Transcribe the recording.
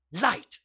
light